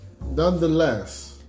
nonetheless